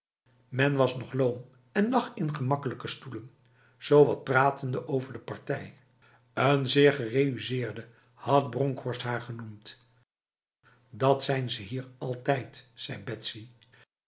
men was nog loom en lag in gemakkelijke stoelen zowat pratende over de partij een zeer gereüsseerde had bronkhorst haar genoemd dat zijn ze hier altijd zei